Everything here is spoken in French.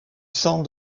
sang